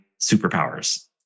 superpowers